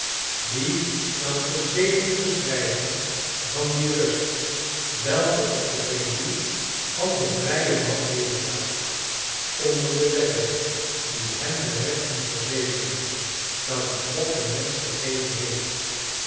wie kan het gezegende beschrijven van die rust welke op de peluw van den vrijen man nederdaalt onder de wetten die hem de rechten verzekeren welke god den mensch gegeven heeft